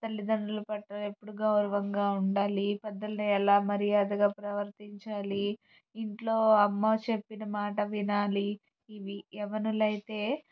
తల్లితండ్రుల పట్ల ఎప్పుడు గౌరవంగా ఉండాలి పెద్దలను ఎలాగ మర్యాదగా ప్రవర్తించాలి ఇంట్లో అమ్మ చెప్పిన మాట వినాలి ఇంట్లో యవ్వనులైతే